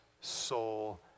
soul